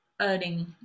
earning